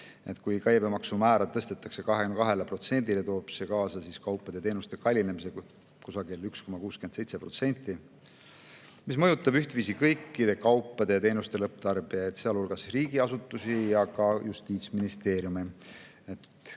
kui käibemaksumäära tõstetakse 22%-le, toob see kaasa kaupade ja teenuste kallinemise kusagil 1,67%. See mõjutab ühtviisi kõikide kaupade ja teenuste lõpptarbijaid, sealhulgas riigiasutusi ja ka Justiitsministeeriumi.